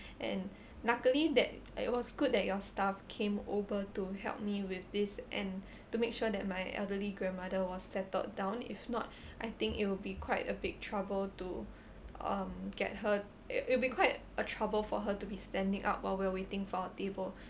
and luckily that it was good that your staff came over to help me with this and to make sure that my elderly grandmother was settled down if not I think it will be quite a big trouble to um get her it it will be quite a trouble for her to be standing up while we're waiting for our table